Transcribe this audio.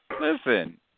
Listen